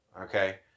okay